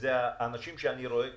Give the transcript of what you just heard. אלה האנשים שאני רואה כאן,